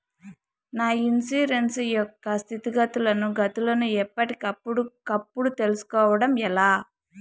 నా ఇన్సూరెన్సు యొక్క స్థితిగతులను గతులను ఎప్పటికప్పుడు కప్పుడు తెలుస్కోవడం ఎలా?